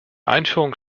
einführung